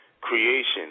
creation